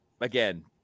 again